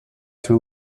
two